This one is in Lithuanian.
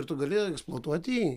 ir tu gali eksploatuoti jį